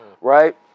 right